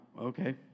okay